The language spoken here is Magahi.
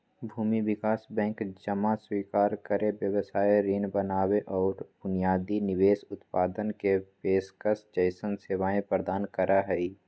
भूमि विकास बैंक जमा स्वीकार करे, व्यवसाय ऋण बनावे और बुनियादी निवेश उत्पादन के पेशकश जैसन सेवाएं प्रदान करा हई